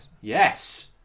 Yes